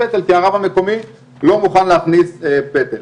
פטל כי הרב המקומי לא מוכן להכניס פטל.